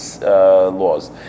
laws